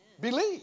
Believe